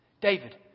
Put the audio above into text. David